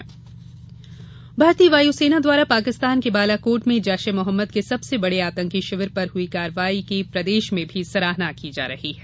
हमला बधाई भारतीय वायु सेना द्वारा पाकिस्तान के बालाकोट में जैश ए मोहम्मद के सबसे बड़े आतंकी शिविर पर हुई कार्यवाई की प्रदेश में भी सराहना की जा रही है